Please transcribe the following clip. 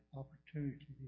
opportunity